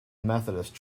methodist